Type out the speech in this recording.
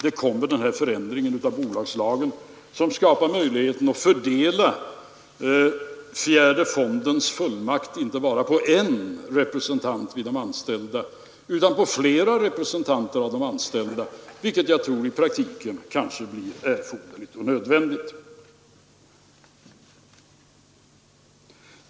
Den aktuella förändringen i bolagslagen skapar möjlighet att fördela fjärde fondens fullmakt inte bara på en utan på flera representanter för de anställda, vilket jag tror i praktiken kanske blir erforderligt och nödvändigt.